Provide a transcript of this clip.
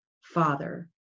Father